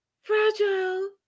Fragile